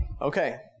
Okay